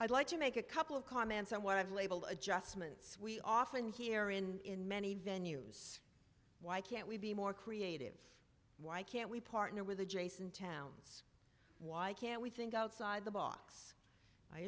i'd like to make a couple of comments on what i've labelled adjustments we often hear in many venues why can't we be more creative why can't we partner with adjacent towns why can't we think outside the box i